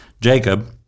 Jacob